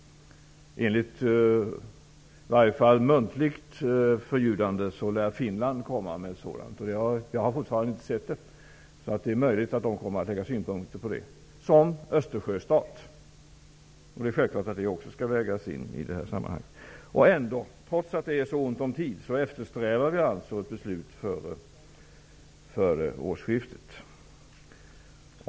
Enligt muntligt förljudande lär Finland komma med sådana. Jag har fortfarande inte fått några. Men det är möjligt att Finland som Östersjöstat kommer att ha synpunkter. Självfallet skall också detta vägas in i sammanhanget. Trots att det är så ont om tid eftersträvar regeringen ett beslut före årsskiftet.